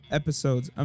episodes